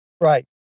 Right